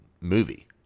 movie